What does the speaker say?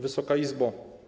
Wysoka Izbo!